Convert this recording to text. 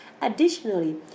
Additionally